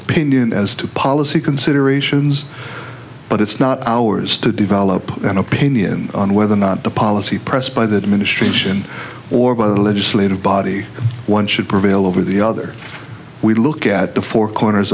opinion as to policy considerations but it's not ours to develop an opinion on whether or not the policy pressed by the administration or by the legislative body one should prevail over the other we look at the four corners